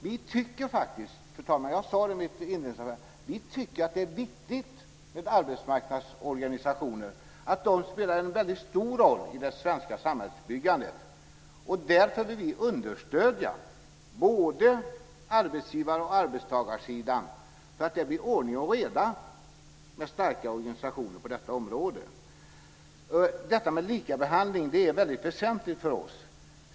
Vi tycker - jag sade det i mitt inledningsanförande - att det är viktigt med arbetsmarknadsorganisationerna, att de spelar en stor roll i det svenska samhällsbyggandet. Därför vill vi understödja både arbetsgivar och arbetstagarsidan därför att det blir ordning och reda med starka organisationer på detta område. Detta med likabehandling är väldigt väsentligt för oss.